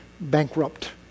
bankrupt